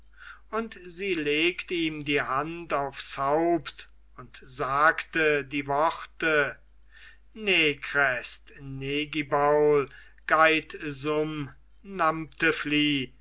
und sie legt ihm die hand aufs haupt und sagte die worte nekräts